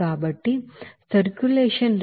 కాబట్టి circulation rate నిమిషానికి 18